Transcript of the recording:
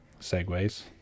segways